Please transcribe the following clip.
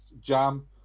Jam